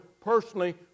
personally